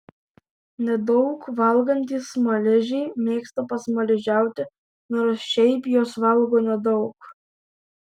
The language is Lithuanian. nedaug valgantys smaližiai mėgsta pasmaližiauti nors šiaip jos valgo nedaug